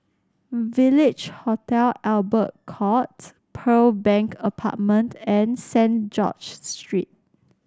Village Hotel Albert Court Pearl Bank Apartment and St George's Lane